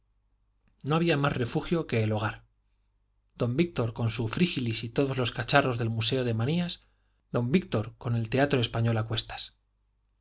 no había más refugio que el hogar don víctor con su frígilis y todos los cacharros del museo de manías don víctor con el teatro español a cuestas